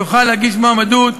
יוכל להגיש מועמדות,